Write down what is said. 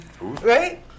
Right